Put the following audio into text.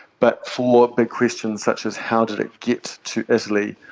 but for the questions such as how did it get to italy,